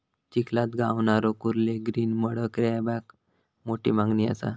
चिखलात गावणारे कुर्ले ग्रीन मड क्रॅबाक मोठी मागणी असा